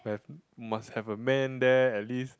have must have a man there at least